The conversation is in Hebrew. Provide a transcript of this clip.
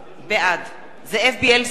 בעד זאב בילסקי,